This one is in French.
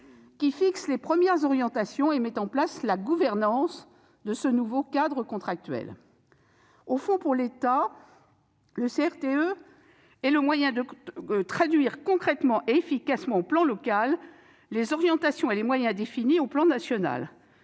lequel fixe les premières orientations et met en place la gouvernance de ce nouveau cadre contractuel. Au fond, pour l'État, le CRTE est le moyen de traduire concrètement et efficacement à l'échelle locale les orientations et les moyens définis à l'échelle nationale.